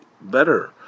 better